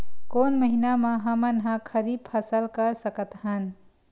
कोन महिना म हमन ह खरीफ फसल कर सकत हन?